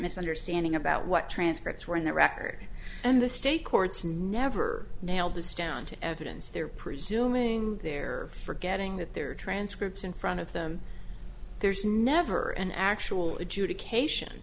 misunderstanding about what transcripts were in the record and the state courts never nail this down to evidence their presuming their forgetting that their transcripts in front of them there's never an actual adjudication